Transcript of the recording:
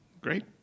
Great